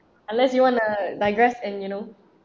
unless you want to digress and you know